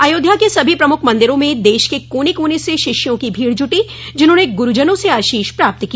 अयोध्या के सभी पमुख मंदिरों में देश के कोने कोने से शिष्यों की भीड़ जुटी जिन्होंने गुरूजनों से आशीष प्राप्त किया